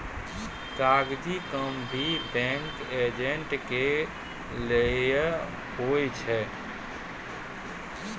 कागजी काम भी बैंकिंग एजेंट के करय लै होय छै